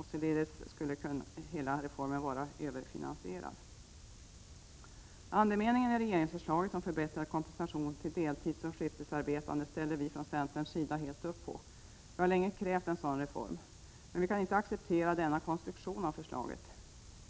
Hela reformen skulle således vara överfinansierad. Andemeningen i regeringsförslaget om förbättrad kompensation till deltidsoch skiftarbetande ställer vi från centerns sida helt upp på. Vi har länge krävt en sådan reform. Men vi kan inte acceptera denna konstruktion av förslaget.